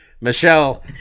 Michelle